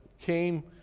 came